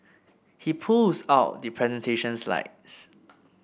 he pulls out the presentation slides